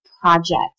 project